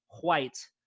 white